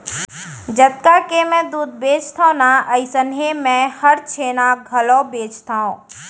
जतका के मैं दूद बेचथव ना अइसनहे मैं हर छेना घलौ बेचथॅव